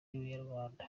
umunyarwanda